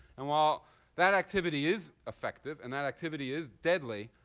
and while that activity is effective and that activity is deadly,